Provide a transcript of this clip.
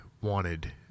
wanted